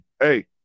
hey